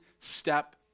step